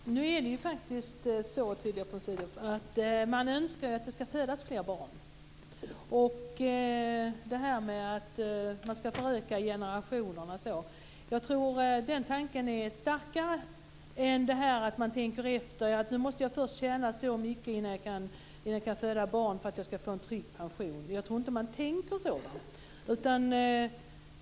Fru talman! Man önskar ju, Tullia von Sydow, att det ska födas fler barn, att generationerna ska föröka sig. Jag tror att den tanken är starkare än att man tänker efter hur mycket man måste tjäna innan man kan föda barn; detta för att få en trygg pension. Jag tror alltså att man inte tänker så.